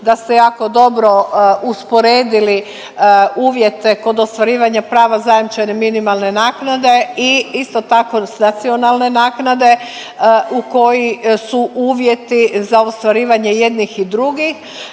da ste jako dobro usporedili uvjete kod ostvarivanja prava zajamčene minimalne naknade i isto tako, nacionalne naknade u koji su uvjeti za ostvarivanje jednih i drugih